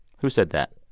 who said that?